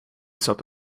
saab